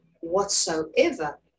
whatsoever